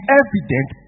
evident